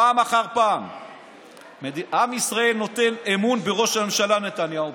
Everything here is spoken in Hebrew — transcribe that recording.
פעם אחר פעם עם ישראל נותן אמון בראש הממשלה נתניהו.